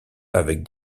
avec